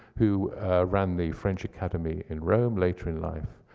who ran the french academy in rome later in life.